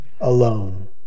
alone